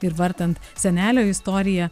ir vartant senelio istoriją